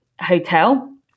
hotel